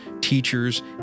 teachers